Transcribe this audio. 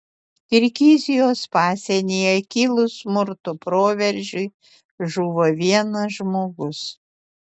kirgizijos pasienyje kilus smurto proveržiui žuvo vienas žmogus